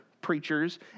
preachers